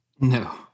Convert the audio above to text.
No